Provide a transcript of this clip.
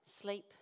Sleep